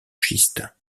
schiste